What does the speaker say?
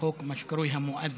מה שקרוי "חוק המואזין",